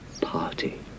party